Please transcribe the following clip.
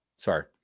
Sorry